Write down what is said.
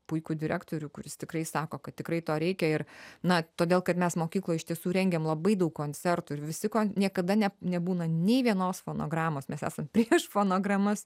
puikų direktorių kuris tikrai sako kad tikrai to reikia ir na todėl kad mes mokykloj iš tiesų rengiam labai daug koncertų ir visi ko niekada nebūna nei vienos fonogramos mes esam prieš fonogramas